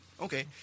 Okay